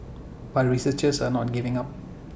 but researchers are not giving up